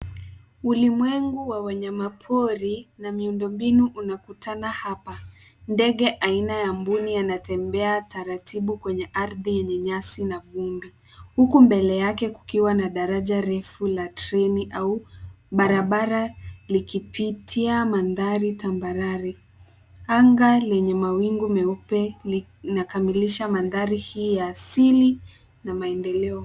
Ulimwengu wa wanyama pori na miundo mbinu unakutana hapa. Ndege aina ya mbuni anatembea taratibu kwenye ardhi yenye nyasi na vumbi, huku mbele yake kukiwa na daraja refu la treni au barabara likipitia mandhari tambarare. Anga lenye mawingu meupe linakamilisha mandhari hii ya asili na maendeleo.